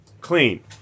clean